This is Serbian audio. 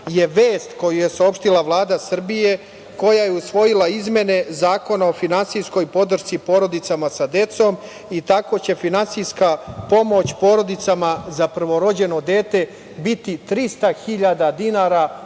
je vest koju je saopštila Vlada Srbije koja je usvojila izmene Zakona o finansijskoj podršci porodicama sa decom. Tako će finansijska pomoć porodicama za prvorođene dete biti 300.000 dinara